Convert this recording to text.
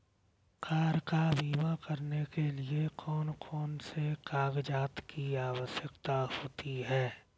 Car का बीमा करने के लिए कौन कौन से कागजात की आवश्यकता होती है?